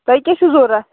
تۅہہِ کیٛاہ چھُو ضروٗرت